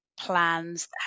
plans